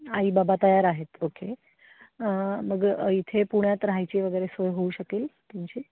आई बाबा तयार आहेत ओके मग इथे पुण्यात राहायची वगैरे सोय होऊ शकेल तुमची